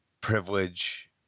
privilege